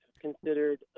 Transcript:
considered